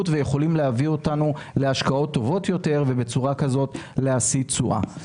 ויכולים להביא אותנו להשקעות טובות יותר ובצורה כזאת להשיא תשואה.